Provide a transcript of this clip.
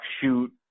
shoot